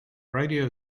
radio